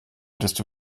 desto